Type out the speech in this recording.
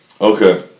Okay